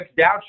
down